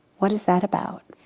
what is that about?